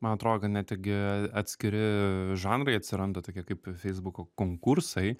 man atrodo kad netgi atskiri žanrai atsiranda tokie kaip feisbuko konkursai